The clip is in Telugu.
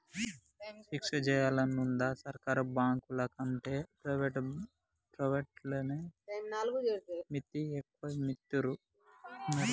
ఫిక్స్ జేయాలనుందా, సర్కారు బాంకులకంటే ప్రైవేట్లనే మిత్తి ఎక్కువిత్తరు మరి